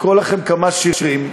לקרוא לכם כמה שירים,